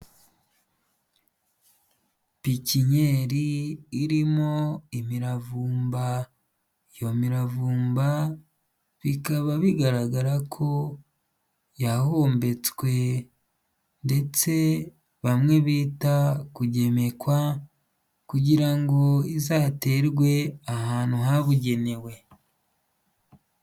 Pikinyeri irimo imiravumba, iyo miramvumba bikaba bigaragara ko yahombetswe ndetse bamwe bita kugemekwa kugira ngo izaterwe ahantu habugenewe.